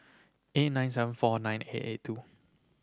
eight nine seven four nine eight eight two